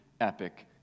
epic